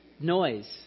noise